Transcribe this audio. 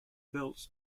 belts